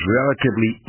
relatively